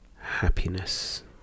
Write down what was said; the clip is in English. happiness